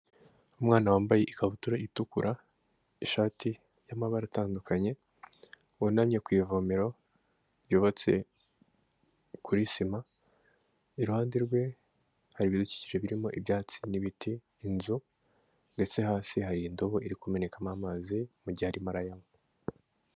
Umwana wambaye ikabutura itukura, ishati y'amabara atandukanye, wunamye ku ivomero ryubatse kuri sima, iruhande rwe hari ibidukikije birimo ibyatsi n'ibiti inzu ndetse hasi hari indobo iri kumenekamo amazi mu gihe arimo arayanywa.